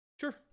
Sure